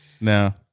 no